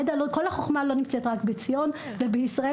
כל החוכמה לא נמצאת רק בציון ובישראל,